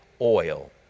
oil